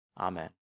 Amen